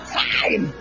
time